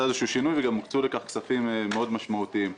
איזשהו שינוי וגם הוקצו לכך כספים משמעותיים מאוד.